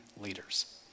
leaders